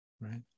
right